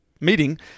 meeting